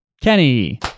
Kenny